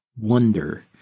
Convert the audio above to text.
wonder